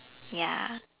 ya